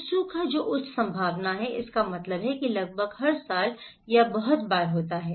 तो सूखा जो उच्च संभावना है इसका मतलब है कि लगभग हर साल या बहुत बार होता है